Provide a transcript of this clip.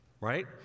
Right